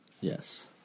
Yes